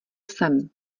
sem